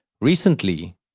recently